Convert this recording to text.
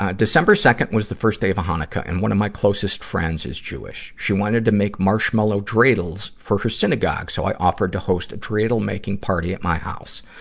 ah december second was the first day of hanukkah, and one of my closest friends is jewish. she wanted to make marshmallow dreidels for her synagogue, so i offered to host a dreidel-making party at my house.